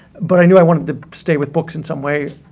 but i knew i wanted to stay with books in some way,